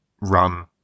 run